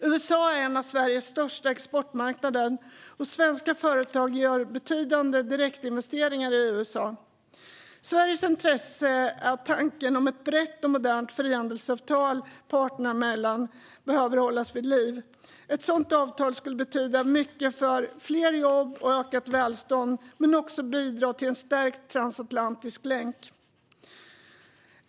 USA är en av Sveriges största exportmarknader, och svenska företag gör betydande direktinvesteringar i USA. Sverige har ett intresse av att tanken om ett brett och modernt frihandelsavtal parterna emellan hålls vid liv. Ett sådant avtal skulle betyda mycket för fler jobb och ökat välstånd men också bidra till en stärkt transatlantisk länk.